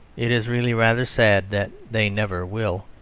it is really rather sad that they never will.